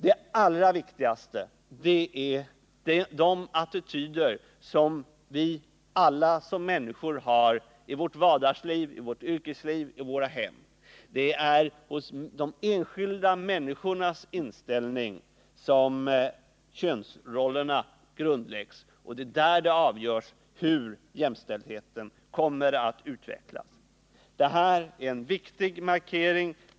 Det allra viktigaste är de attityder som vi alla som människor har i vårt vardagsliv, i vårt yrkesliv, i våra hem. Det är i de enskilda människornas inställning som könsrollerna grundläggs, och det är där det avgörs hur jämställdheten kommer att utvecklas. Det här är en viktig markering.